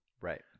right